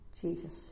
Jesus